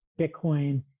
Bitcoin